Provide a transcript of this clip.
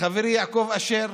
חברי יעקב אשר